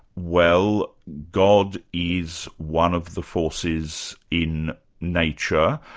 well god is one of the forces in nature,